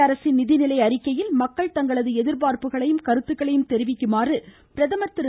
மத்திய நிதிநிலை அறிக்கையில் மக்கள் அரசின் தங்களதுஎதிர்பார்ப்புகளையும் கருத்துக்களையும் தெரிவிக்குமாறு பிரதமர் திரு